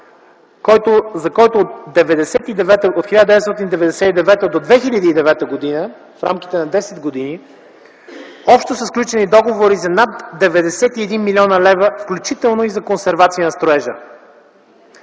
за който от 1999 г. до 2009 г., в рамките на десет години, общо са сключени договори за над 91 млн.лв., включително и за консервация на строежа.